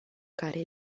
care